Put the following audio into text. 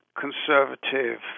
conservative